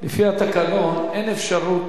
לפי התקנון אין אפשרות